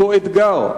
אותו אתגר,